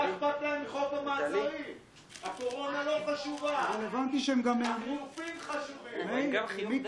חבריי חברי הכנסת, אני מחדש